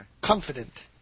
confident